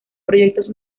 proyectos